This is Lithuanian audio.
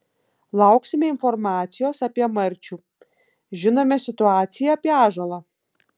lauksime informacijos apie marčių žinome situaciją apie ąžuolą